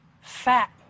fat